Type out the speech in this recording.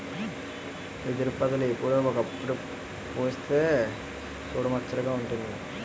ఎదురుపొదలు ఎప్పుడో ఒకప్పుడు పుస్తె సూడముచ్చటగా వుంటాది